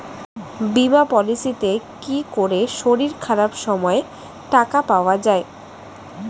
বীমা পলিসিতে কি করে শরীর খারাপ সময় টাকা পাওয়া যায়?